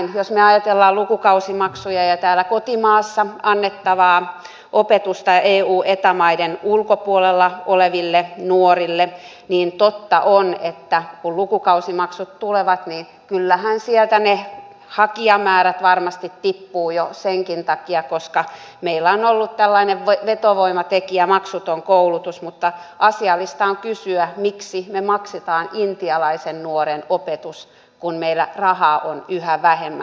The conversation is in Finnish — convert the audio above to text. jos me ajattelemme lukukausimaksuja ja täällä kotimaassa annettavaa opetusta eu ja eta maiden ulkopuolella oleville nuorille niin totta on että kun lukukausimaksut tulevat niin kyllähän sieltä ne hakijamäärät varmasti tippuvat jo senkin takia että meillä on ollut tällainen vetovoimatekijä maksuton koulutus mutta asiallista on kysyä miksi me maksamme intialaisen nuoren opetuksen kun meillä rahaa on yhä vähemmän